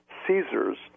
Caesars